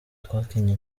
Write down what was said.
twakinye